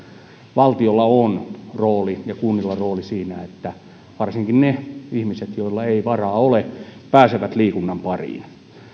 valtiolla ja kunnilla on rooli siinä että varsinkin ne ihmiset joilla ei varaa ole pääsevät liikunnan pariin